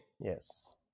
Yes